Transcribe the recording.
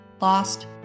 lost